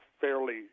fairly